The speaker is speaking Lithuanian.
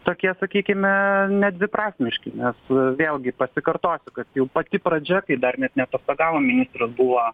tokie sakykime nedviprasmiški nes vėlgi pasikartosiu kad jau pati pradžia kai dar net neatostogavo ministras buvo